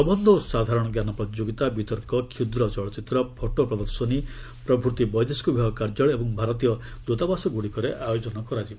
ପ୍ରବନ୍ଧ ଓ ସାଧାରଣ ଜ୍ଞାନ ପ୍ରତିଯୋଗିତା ବିତର୍କ କ୍ଷୁଦ୍ର ଚଳଚ୍ଚିତ୍ର ଫଟୋ ପ୍ରଦର୍ଶନୀ ପ୍ରଭୃତି ବୈଦେଶିକ ବିଭାଗ କାର୍ଯ୍ୟାଳୟ ଏବଂ ଭାରତୀୟ ଦୃତାବାସଗୁଡ଼ିକରେ ଆୟୋଜନ କରାଯିବ